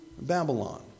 Babylon